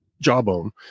jawbone